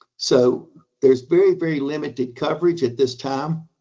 so there's very, very limited coverage at this time.